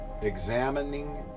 examining